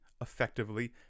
effectively